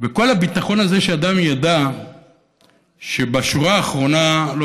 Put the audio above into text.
וכל הביטחון הזה שאדם ידע שבשורה האחרונה לא